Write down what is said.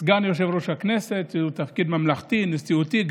סגן יושב-ראש הכנסת, שהוא תפקיד ממלכתי, נשיאותי.